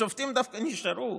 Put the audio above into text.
בשופטים דווקא נשארו,